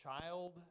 child